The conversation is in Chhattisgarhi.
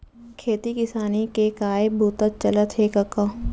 खेती किसानी के काय बूता चलत हे कका?